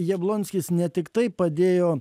jablonskis ne tiktai padėjo